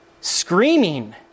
screaming